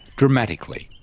dramatically.